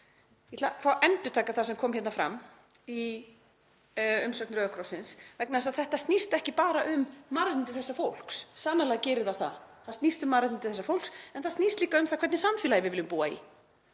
Ég ætla að fá að endurtaka það sem kom fram í umsögn Rauða krossins vegna þess að þetta snýst ekki bara um mannréttindi þessa fólks. Sannarlega gerir það það, þetta snýst um mannréttindi þessa fólks, en það snýst líka um það hvernig samfélagi við viljum búa í.